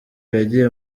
yagiye